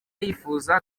yifuza